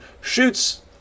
shoots